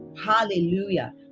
Hallelujah